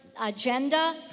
agenda